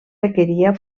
requeria